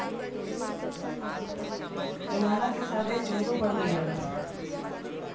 जमाना के साथे चोरो बढ़ गइलन